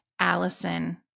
Allison